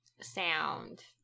sound